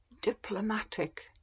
Diplomatic